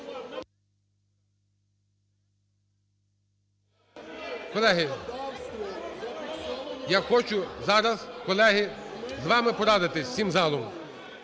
Колеги, я хочу зараз, колеги, з вами порадитись всім залом.